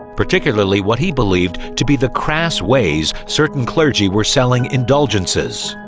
particularly what he believed to be the crass ways certain clergy were selling indulgences.